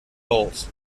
holes